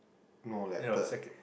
no leh the